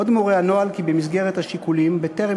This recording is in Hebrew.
עוד מורה הנוהל כי במסגרת השיקולים בטרם